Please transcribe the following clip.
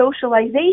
socialization